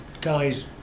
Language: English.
guys